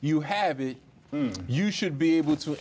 you have it you should be able to